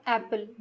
Apple